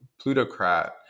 Plutocrat